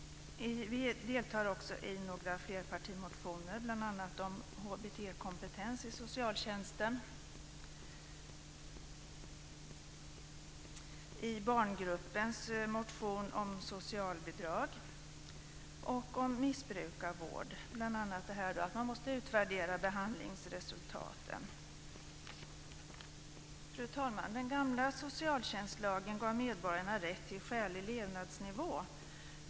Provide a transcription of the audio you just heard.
Vi deltar också i några flerpartimotioner: om HBT kompetens i socialtjänsten, barngruppens motion om socialbidrag och om missbrukarvård, bl.a. att man måste utvärdera behandlingsresultaten. Fru talman! Den gamla socialtjänstlagen gav medborgarna rätt till skälig levnadsnivå.